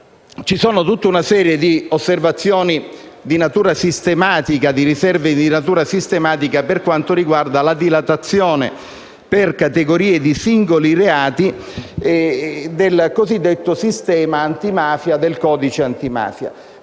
di osservazioni e di riserve di natura sistematica per quanto riguarda la dilatazione per categorie di singoli reati del cosiddetto sistema antimafia, del codice antimafia.